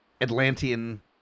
Atlantean